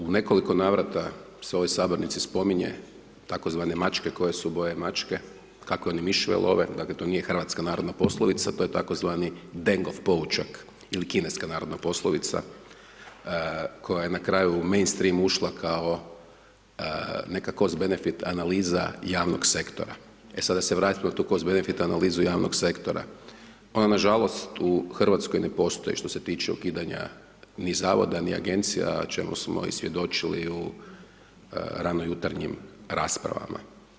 U nekoliko navrata se ove sabornice spominje tzv. mačke, koje su boje mačke, kakve one miševe love dakle to nije hrvatska narodna poslovica, to je tzv. Dengov poučak ili kineska narodna poslovica koja je na kraju u mainstream ušla kao neka cost benefit analiza javnog sektora, E sad da se vratimo u cost benefit analizu javnog sektora, ona nažalost u Hrvatskoj ne postoji što se tiče ukidanja ni zavoda ni agencija a čemu smo i svjedočili u ranojutarnjim raspravama.